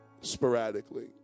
Sporadically